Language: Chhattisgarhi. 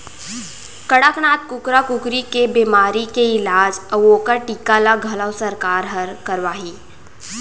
कड़कनाथ कुकरा कुकरी के बेमारी के इलाज अउ ओकर टीका ल घलौ सरकार हर करवाही